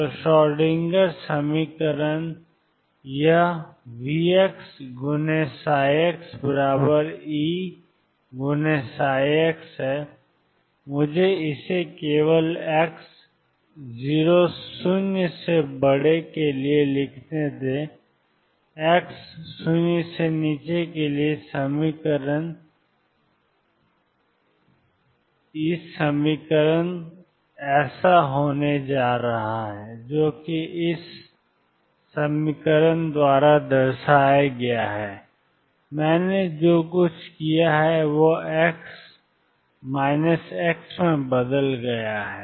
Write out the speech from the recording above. तो श्रोडिंगर समीकरण यह प्लस VxxEψ है मुझे इसे केवल x0 के लिए लिखने दें x0 के लिए समीकरण इसलिए इस समीकरण से होने जा रहा है minus 22md2 xd x2V x xEψ मैंने जो कुछ किया है वह x से x में बदल गया है